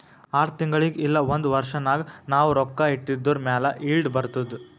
R ತಿಂಗುಳಿಗ್ ಇಲ್ಲ ಒಂದ್ ವರ್ಷ ನಾಗ್ ನಾವ್ ರೊಕ್ಕಾ ಇಟ್ಟಿದುರ್ ಮ್ಯಾಲ ಈಲ್ಡ್ ಬರ್ತುದ್